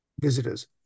visitors